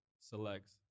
selects